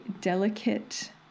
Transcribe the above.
delicate